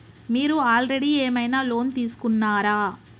మీరు ఆల్రెడీ ఏమైనా లోన్ తీసుకున్నారా?